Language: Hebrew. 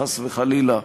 חס וחלילה.